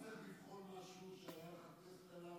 למה צריך לבחון משהו שכבר היה טסט עליו?